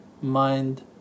mind